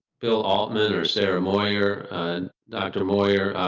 bill altman or sarah moyer on doctor lawyer.